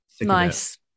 nice